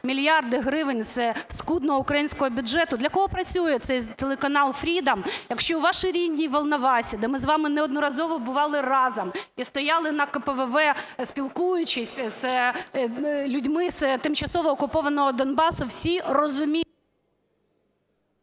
мільярди гривень зі скудного українського бюджету. Для кого працює цей телеканал "FREEДОМ", якщо у вашій рідній Волновасі, де ми з вами неодноразово бували разом і стояли на КПВВ, спілкуючись з людьми з тимчасово окупованого Донбасу, всі…